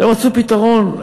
ומצאו פתרון.